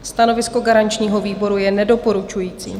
Stanovisko garančního výboru je nedoporučující.